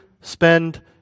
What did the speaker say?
spend